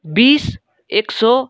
बिस एक सय